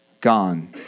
gone